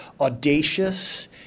audacious